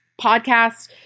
podcast